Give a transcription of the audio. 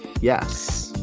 Yes